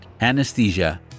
anesthesia